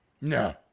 No